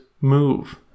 move